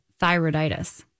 thyroiditis